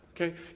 Okay